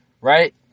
right